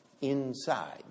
inside